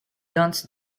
dance